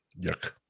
Yuck